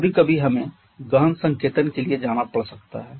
कभी कभी हमें गहन संकेतन के लिए जाना पड़ सकता है